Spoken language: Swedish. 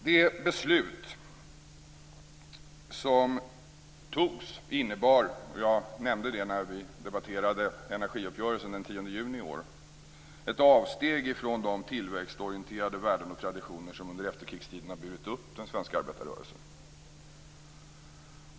Det beslut som togs innebar - jag nämnde det när vi debatterade energiuppgörelsen den 10 juni i år - ett avsteg från de tillväxtorienterade värden och traditioner som under efterkrigstiden har burit upp den svenska arbetarrörelsen.